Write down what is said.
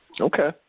Okay